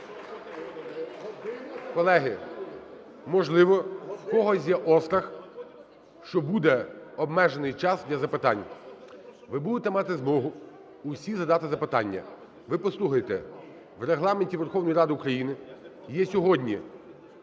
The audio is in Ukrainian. Колеги, можливо, в когось є острах, що буде обмежений час для запитань. Ви будете мати змогу усі задати запитання. Ви послухайте, в Регламенті Верховної Ради України є сьогодні